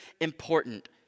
important